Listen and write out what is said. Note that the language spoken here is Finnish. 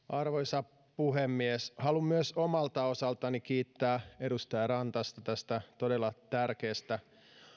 arvoisa puhemies haluan myös omalta osaltani kiittää edustaja rantasta tästä todella tärkeästä